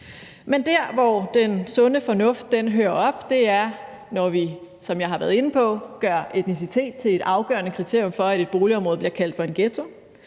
Men der, hvor den sunde fornuft hører op, er, når vi, som jeg har været inde på, gør etnicitet til et afgørende kriterium for, at et boligområde bliver kaldt for en ghetto.